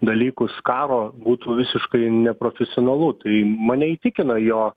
dalykus karo būtų visiškai neprofesionalu tai mane įtikina jo